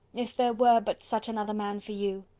if there were but such another man for you!